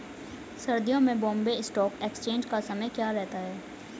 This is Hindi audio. सर्दियों में बॉम्बे स्टॉक एक्सचेंज का समय क्या रहता है?